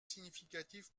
significatif